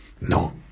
No